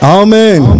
amen